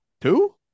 Two